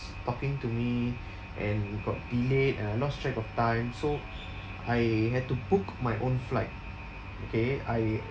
talking to me and got delayed and I lost track of time so I had to book my own flight okay I